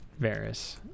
Varys